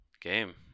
game